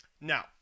Now